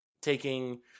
taking